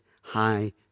high